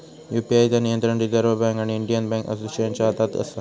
UPI चा नियंत्रण reserve bank आणि इंडियन बॅन्क असोसिएशनच्या हातात असा